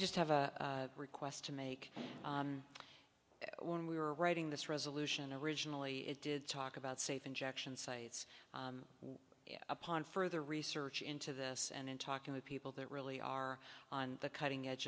just have a request to make when we were writing this resolution originally it did talk about safe injection sites upon further research into this and in talking to people that really are on the cutting edge